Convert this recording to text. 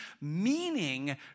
meaning